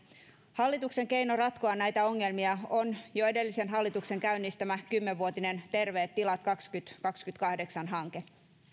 hallituksen keino ratkoa näitä ongelmia on jo edellisen hallituksen käynnistämä kymmenvuotinen terveet tilat kaksituhattakaksikymmentäkahdeksan hanke